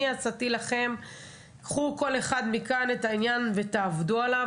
אני הצעתי לכם שכל אחד ייקח את העניין ויעבוד עליו,